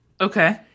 Okay